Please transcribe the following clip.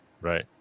Right